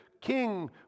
King